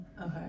Okay